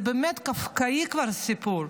זה באמת קפקאי כבר הסיפור,